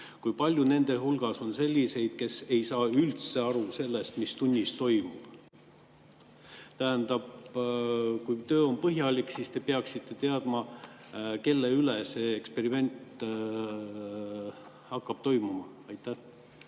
Kui palju nende hulgas on selliseid, kes ei saa üldse aru sellest, mis tunnis toimub? Tähendab, kui töö on põhjalik, siis te peaksite teadma, kellega see eksperiment hakkab toimuma. Aitäh,